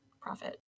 profit